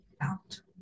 out